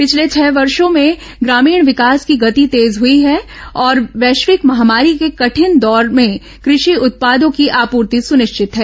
पिछले छह वर्षों में ग्रामीण विकास की गति तेज हुई है और वैश्विक महामारी के कठिन दौर में भी कृषि उत्पादों की आपूर्ति सुनिश्चित है